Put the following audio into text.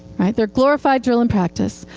they're glorified drill and practice.